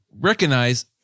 recognize